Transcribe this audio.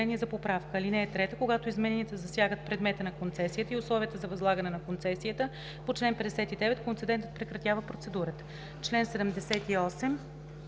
Когато измененията засягат предмета на концесията и условията за възлагане на концесията по чл. 59, концедентът прекратява процедурата.“